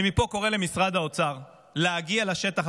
אני קורא מפה למשרד האוצר להגיע לשטח,